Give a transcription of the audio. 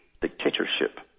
dictatorship